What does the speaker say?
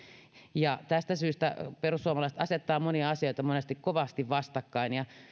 tästä syystä perussuomalaiset asettavat monia asioita monesti kovasti vastakkain